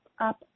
up